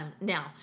Now